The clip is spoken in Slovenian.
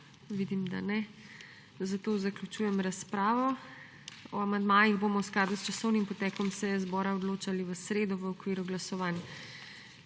Vidim, da ne, zato zaključujem razpravo. O amandmajih bomo v skladu s časovnim potekom seje zbora odločali v sredo, v okviru glasovanj.